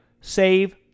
save